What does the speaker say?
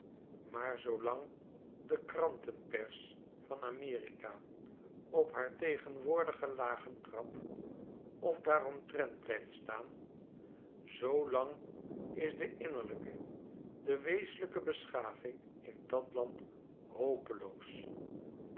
maar zoolang de krantenpers van amerika op haar tegenwoordigen lagen trap ofdaaromtrent blijft staan zoolang is de innerlijke de wezenlyke beschaving in dat land hopeloos